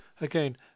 Again